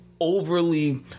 overly